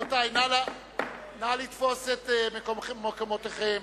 נא לתפוס את מקומותיכם.